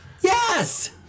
Yes